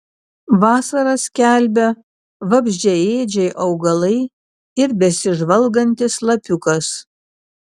vasarą skelbia vabzdžiaėdžiai augalai ir besižvalgantis lapiukas